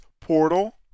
Portal